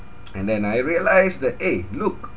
and then I realised that eh look